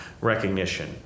recognition